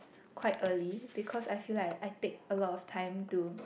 quite early because I feel like I take a lot of time to